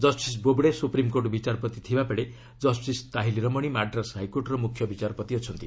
justice Bobde supreme court ବିଚାର ପତି ଥିବାବେଳେ ଜଷ୍ଟିସ୍ ତାହିଲି ରମଣି ମାଡ୍ରାସ୍ ହାଇକୋର୍ଟର ମୁଖ୍ୟ ବିଚାରପତି ଅଛନ୍ତି